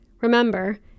Remember